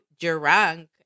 drunk